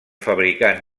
fabricar